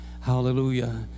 Hallelujah